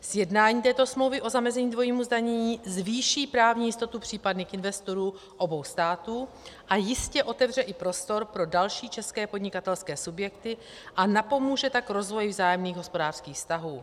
Sjednání této smlouvy o zamezení dvojímu zdanění zvýší právní jistotu případných investorů obou států a jistě otevře i prostor pro další české podnikatelské subjekty, a napomůže tak rozvoji vzájemných hospodářských vztahů.